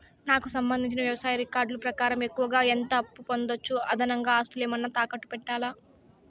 నాకు సంబంధించిన వ్యవసాయ రికార్డులు ప్రకారం ఎక్కువగా ఎంత అప్పు పొందొచ్చు, అదనంగా ఆస్తులు ఏమన్నా తాకట్టు పెట్టాలా?